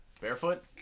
Barefoot